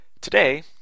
Today